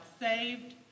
saved